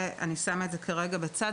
אני שמה את זה כרגע בצד,